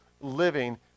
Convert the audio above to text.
living